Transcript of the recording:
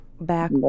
Back